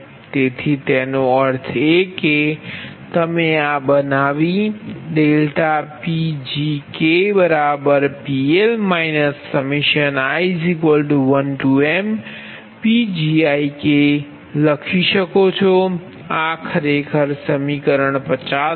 તેથી તેનો અર્થ એ કે તમે આ બનાવી ∆PgK PL i 1mPgiK શકો છો આ ખરેખર સમીકરણ 50 છે